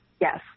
yes